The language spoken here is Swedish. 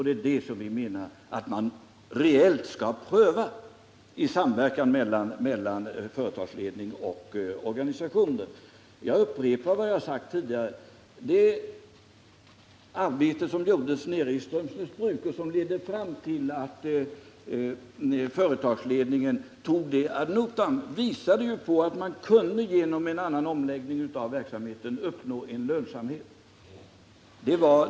Det är det som vi menar att man reellt skall pröva i samverkan mellan företagsledning och organisationer. Jag upprepar vad jag tidigare sagt: Det arbete som lagts ned när det gäller Strömsnäsbruk och som ledde fram till att företagsledningen tog det ad notam visade ju på att man genom en annan omläggning av verksamheten kunde uppnå lönsamhet.